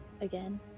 Again